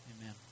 Amen